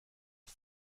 auf